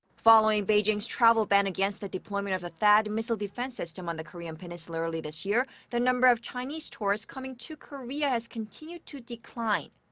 following beijing's travel ban against the deployment of the thaad missile defense system on the korean peninsula early this year. the number of chinese tourists coming to korea has continued to decline.